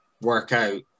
workout